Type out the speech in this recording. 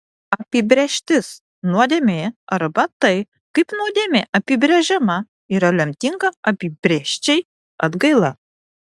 apibrėžtis nuodėmė arba tai kaip nuodėmė apibrėžiama yra lemtinga apibrėžčiai atgaila